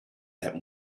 that